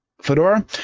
fedora